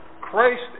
Christ